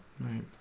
right